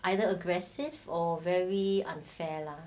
either aggressive or very unfair lah